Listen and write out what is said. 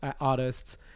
artists